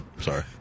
Sorry